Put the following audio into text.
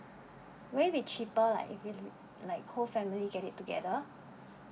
will it be cheaper like with like whole family get it together